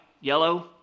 yellow